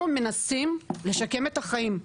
אנחנו מנסים לשקם את החיים.